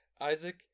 Isaac